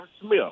Smith